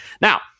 Now